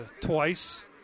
twice